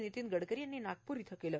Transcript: नितीन गडकरी यांनी नागपूर येथे केले